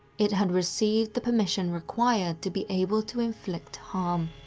it had received the permission required to be able to inflict harm.